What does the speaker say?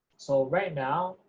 so right now,